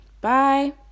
Bye